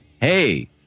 Hey